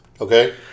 Okay